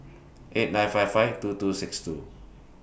eight nine five five two two six two